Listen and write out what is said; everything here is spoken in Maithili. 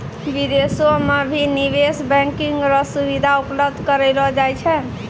विदेशो म भी निवेश बैंकिंग र सुविधा उपलब्ध करयलो जाय छै